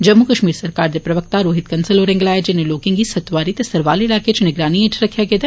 जम्मू कश्मीर सरकार दे प्रवक्ता रोहित कंसल होरें गलाया जे इनें लोकें गी सतवारी ते सरवाल इलाके इच निगरानी हेठ रक्खेआ गेदा ऐ